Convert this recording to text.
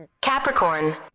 capricorn